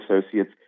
associates